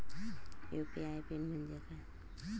UPI PIN म्हणजे काय?